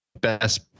best